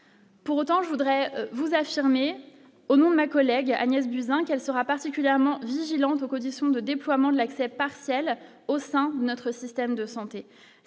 pour autant, je voudrais vous affirmez au nom de ma collègue Agnès Buzyn qu'elle sera particulièrement vigilante aux conditions de déploiement de l'accès partiel au sein de notre système de santé